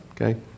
Okay